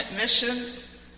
missions